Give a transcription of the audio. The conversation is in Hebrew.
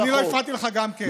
אני לא הפרעתי לך גם כן.